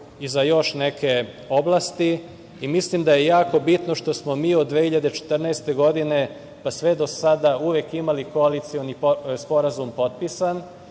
i za još neke oblasti. Mislim da je jako bitno što smo mi od 2014. godine pa sve do sada uvek imali koalicioni sporazum potpisan